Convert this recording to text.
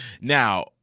Now